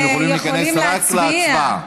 יכולים להיכנס רק להצבעה.